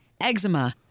eczema